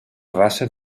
raça